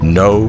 no